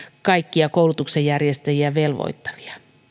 kaikkia koulutuksen järjestäjiä velvoittavia